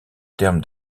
terme